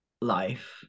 life